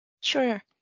Sure